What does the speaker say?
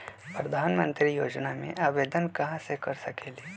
प्रधानमंत्री योजना में आवेदन कहा से कर सकेली?